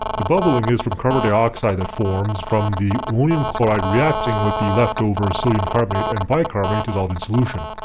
the bubbling is from carbon dioxide that forms from the ammonium chloride reacting with the leftover sodium carbonate and bicarbonate dissolved in solution.